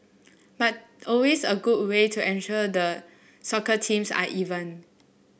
but always a good way to ensure the soccer teams are even